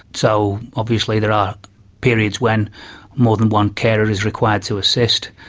so obviously there are periods when more than one carer is required to assist.